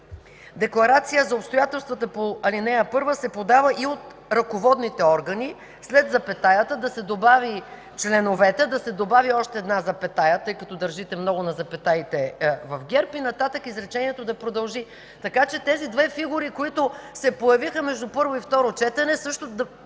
„Декларация за обстоятелствата по ал. 1 се подава и от ръководните органи”, след запетаята да се добави „членовете”, да се добави още една запетая, тъй като държите много на запетаите в ГЕРБ, и нататък изречението да продължи. Така че тези две фигури, които се появиха между първо и второ четене, също да